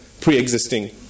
pre-existing